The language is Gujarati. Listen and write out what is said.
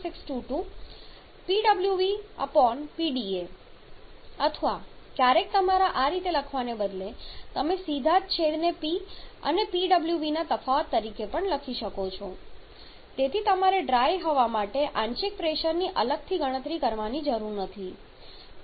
622 અથવા ક્યારેક તમારા આ રીતે લખવાને બદલે તમે સીધા જ છેદને P અને Pwv ના તફાવત તરીકે લખો છો જેથી તમારે ડ્રાય હવા માટે આંશિક પ્રેશરની અલગથી ગણતરી કરવાની જરૂર નથી